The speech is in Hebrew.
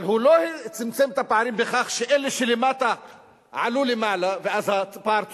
אבל הוא לא צמצם את הפערים בכך שאלה שלמטה עלו למעלה ואז הפער צומצם,